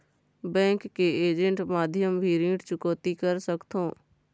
Bank के agent माध्यम भी ऋण चुकौती कर सकथों?